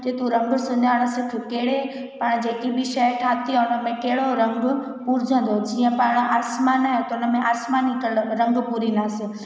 के तू रंग सुञाण सिख कहिड़े पाण जेकी बि शइ ठाती आहे उनमें कहिड़ो रंग पुरजंदो जीअं पाण आसमान आहे त उनमें आसमानी कलर रंग पुरींदासीं